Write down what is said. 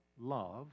love